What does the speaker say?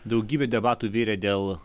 daugybė debatų virė dėl